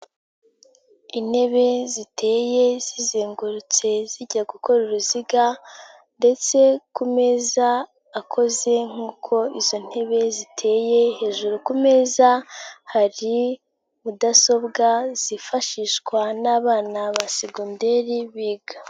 Intebe ziteye zizengurutse zijya gukora uruziga ndetse ku meza akoze nk'uko izo ntebe ziteye, hejuru ku meza hari mudasobwa zifashishwa n'abana ba segonderi biga.